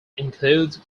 includes